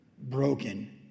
broken